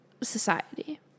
society